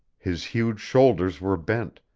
his huge shoulders were bent,